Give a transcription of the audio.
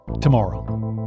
tomorrow